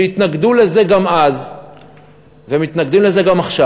שהתנגדו לזה גם אז ומתנגדים לזה גם עכשיו.